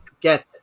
get